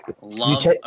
love –